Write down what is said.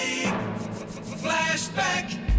Flashback